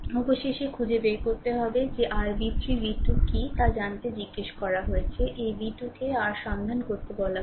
অবশেষে খুঁজে বের করতে হবে যে r v3 v2 কী তা জানতে জিজ্ঞাসা করা হয়েছে এই v 2 কে r সন্ধান করতে বলা হয়েছে